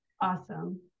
Awesome